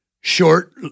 short